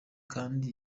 kandi